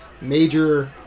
Major